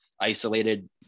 Isolated